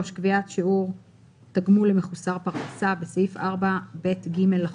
קביעת שיעור תגמול למחוסר פרנסה 3. בסעיף 4ב(ג) לחוק,